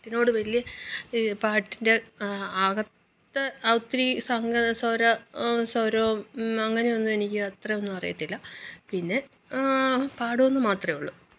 പാട്ടിനോടു വലിയ ഈ പാട്ടിൻറ്റെ ആവർത്ത ആ ഒത്തിരി സംഗ സ്വര സ്വരവും അങ്ങനെയൊന്നും എനിക്ക് അത്രയൊന്നും അറിയത്തില്ല പിന്നെ പാടുമോയെന്നു മാത്രമേയുള്ളു